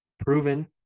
proven